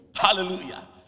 Hallelujah